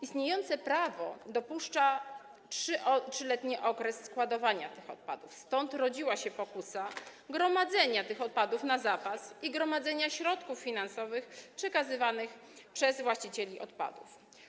Istniejące prawo dopuszcza 3-letni okres składowania tych odpadów, stąd rodziła się pokusa gromadzenia odpadów na zapas i gromadzenia środków finansowych przekazywanych przez właścicieli odpadów.